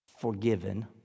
Forgiven